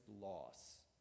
loss